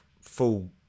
full